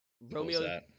Romeo